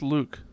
Luke